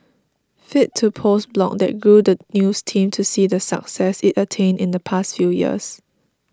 fit to post blog that grew the news team to see the success it attained in the past few years